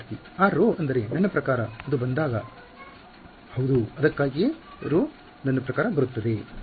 ವಿದ್ಯಾರ್ಥಿ ಆ ρ ಅಂದರೆ ನನ್ನ ಪ್ರಕಾರ ಅದು ಬಂದಾಗ ಹೌದು ಅದಕ್ಕಾಗಿಯೇ ρ ನನ್ನ ಪ್ರಕಾರ ಬರುತ್ತದೆ